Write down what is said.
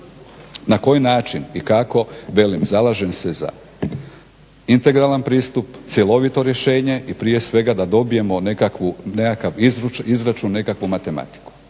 na koji način i kako velim zalažem se za integralan pristup, cjelovito rješenje i prije svega da dobijemo nekakvu, nekakav izračun, nekakvu matematiku,